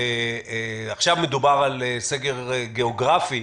עכשיו מדובר על סגר גיאוגרפי,